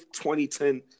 2010